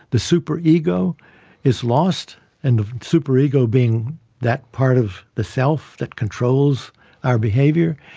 the superego is lost and the superego being that part of the self that controls our behaviour.